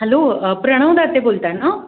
hello Pranav Date बोलत आहे ना